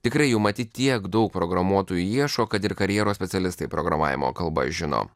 tikrai jau matyt tiek daug programuotojų ieško kad ir karjeros specialistai programavimo kalbą žino